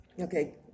Okay